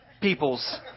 peoples